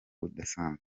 budasanzwe